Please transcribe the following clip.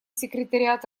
секретариат